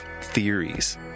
theories